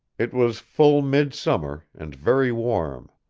it was full midsummer, and very warm.